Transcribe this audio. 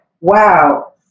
wow